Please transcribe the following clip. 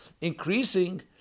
increasing